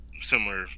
similar